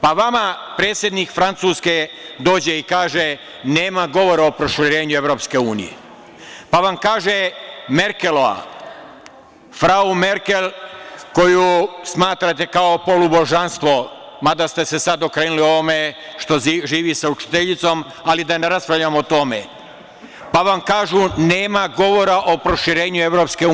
Pa vama predsednik Francuske dođe i kaže – nema govora o proširenju EU, pa vam kaže Merkelova, frau Merkel koju smatrate polubožanstvom, mada ste se sad okrenuli ovome što živi sa učiteljicom, ali da ne raspravljamo o tome, pa vam kažu – nema govora o proširenju EU.